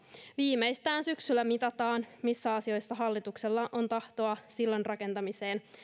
viimeistään syksyllä mitataan missä asioissa hallituksella on tahtoa sillan rakentamiseen